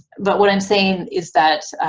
but what i'm saying is that